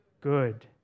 good